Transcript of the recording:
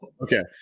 Okay